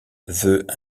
veut